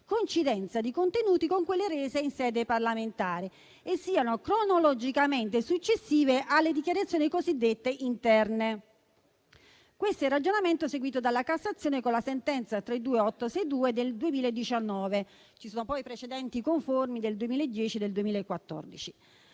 coincidenza di contenuti con quelle rese in sede parlamentare e siano cronologicamente successive alle dichiarazioni cosiddette interne. Questo è il ragionamento seguito dalla Cassazione con la sentenza n. 32862 del 2019; ci sono poi i precedenti conformi del 2010 del 2014.